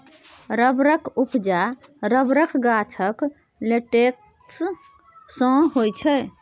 रबरक उपजा रबरक गाछक लेटेक्स सँ होइ छै